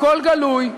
הכול גלוי,